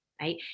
right